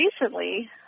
recently